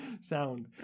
sound